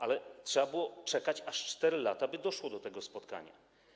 Ale trzeba było czekać aż 4 lata, by doszło do spotkania.